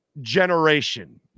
generation